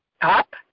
up